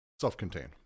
Self-contained